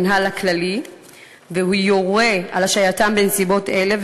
המנהל הכללי יורה על השעייתם בנסיבות אלה,